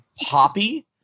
poppy